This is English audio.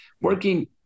working